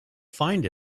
find